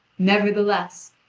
nevertheless,